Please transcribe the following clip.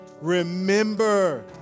Remember